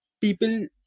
people